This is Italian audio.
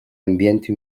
ambienti